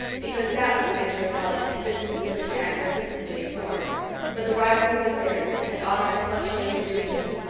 because that would have been to acknowledge his existence which anne persistently ignored but the rivalry was there and honors fluctuated between them.